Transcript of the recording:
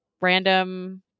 random